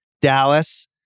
Dallas